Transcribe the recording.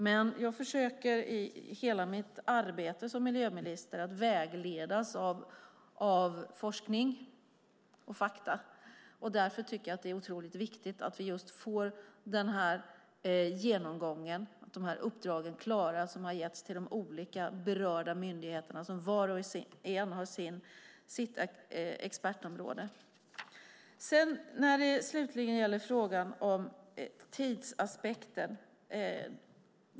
Men jag försöker i hela mitt arbete som miljöminister att vägledas av forskning och fakta. Därför är det otroligt viktigt att vi får denna genomgång och att dessa uppdrag blir klara som har getts till de olika berörda myndigheterna som var och en har sitt expertområde. Jag ska slutligen ta upp frågan om tidsaspekten.